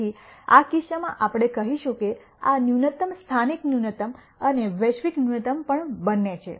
તેથી આ કિસ્સામાં આપણે કહીશું કે આ ન્યૂનતમ સ્થાનિક ન્યૂનતમ અને વૈશ્વિક ન્યૂનતમ પણ બંને છે